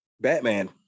Batman